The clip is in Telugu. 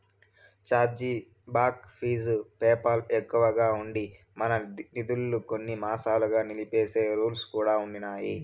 ఛార్జీ బాక్ ఫీజు పేపాల్ ఎక్కువగా ఉండి, మన నిదుల్మి కొన్ని మాసాలుగా నిలిపేసే రూల్స్ కూడా ఉండిన్నాయి